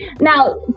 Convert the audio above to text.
Now